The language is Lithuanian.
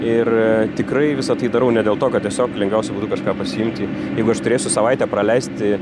ir tikrai visa tai darau ne dėl to kad tiesiog lengviausia kažką pasiimt jį jeigu aš turėsiu savaitę praleisti